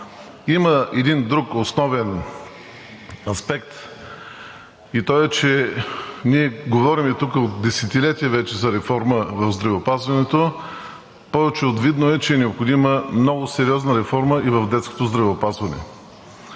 има един друг основен аспект. Той е, че ние говорим от десетилетия вече за реформа в здравеопазването, а повече от видно е, че е необходима много сериозна реформа и в детското здравеопазване.